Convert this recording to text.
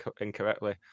incorrectly